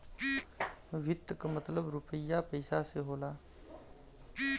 वित्त क मतलब रुपिया पइसा से होला